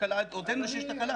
הודינו שיש תקלה.